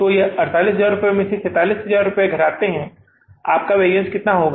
तो यह 48000 रुपये से 47000 रुपये घटाते है तो आपका वैरिअन्स कितना होगा